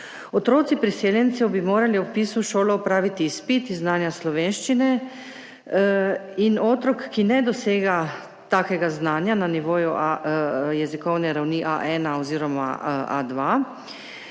Otroci priseljencev bi morali ob vpisu v šolo opraviti izpit iz znanja slovenščine in otrok, ki ne dosega takega znanja na nivoju jezikovne ravni A1 oziroma